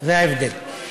זה ההבדל.